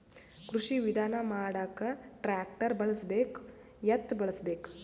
ಕೃಷಿ ವಿಧಾನ ಮಾಡಾಕ ಟ್ಟ್ರ್ಯಾಕ್ಟರ್ ಬಳಸಬೇಕ, ಎತ್ತು ಬಳಸಬೇಕ?